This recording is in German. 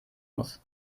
muss